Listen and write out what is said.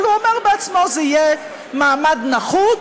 אבל הוא אמר בעצמו שזה יהיה מעמד נחות.